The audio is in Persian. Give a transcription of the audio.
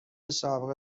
سابق